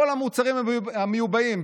כל המוצרים המיובאים,